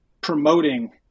promoting